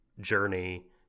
journey